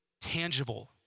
tangible